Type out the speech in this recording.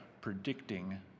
predicting